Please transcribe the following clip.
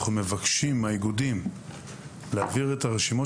אנחנו מבקשים מהאיגודים להעביר את הרשימות